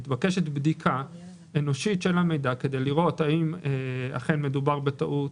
מתבקשת בדיקה אנושית של המידע כדי לראות האם אכן מדובר בטעות.